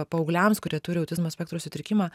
paaugliams kurie turi autizmo spektro sutrikimą